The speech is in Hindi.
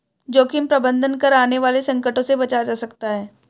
जोखिम प्रबंधन कर आने वाले संकटों से बचा जा सकता है